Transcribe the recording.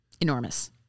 Enormous